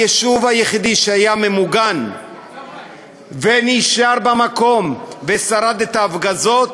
היישוב היחידי שהיה ממוגן ונשאר במקום ושרד את ההפגזות,